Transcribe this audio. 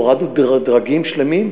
הורדנו דרגים שלמים,